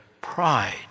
pride